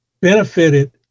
benefited